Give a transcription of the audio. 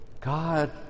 God